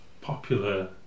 popular